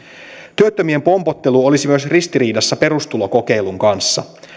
työttömien pompottelu olisi myös ristiriidassa perustulokokeilun kanssa